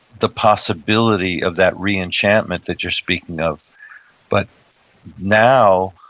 the possibility of that re-enchantment that you're speaking of but now,